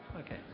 Okay